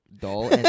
Dull